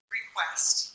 request